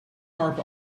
carpet